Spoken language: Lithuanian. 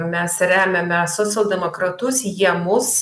mes remiame socialdemokratus jie mus